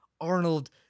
Arnold